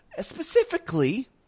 Specifically